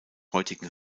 heutigen